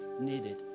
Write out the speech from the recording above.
needed